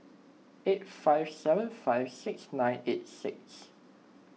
eight five seven five six nine eight six